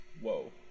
Whoa